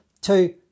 two